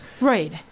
Right